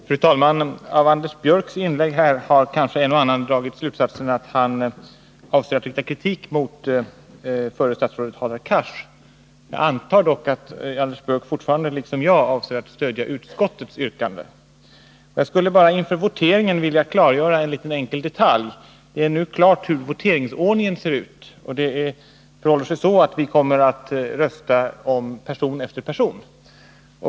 Fru talman! Av Anders Björcks inlägg har kanske en och annan dragit slutsatsen att han avser att rikta kritik mot förra statsrådet Hadar Cars. Jag antar dock att Anders Björck fortfarande liksom jag avser att stödja utskottet. Inför voteringen skulle jag vilja klargöra en enkel detalj. Det är nu klart hur voteringsordningen ser ut. Vi kommer att rösta om person efter person.